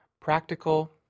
practical